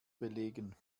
belegen